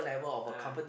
ah